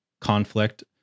conflict